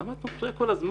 למה את מפריעה כל הזמן?